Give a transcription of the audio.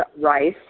rice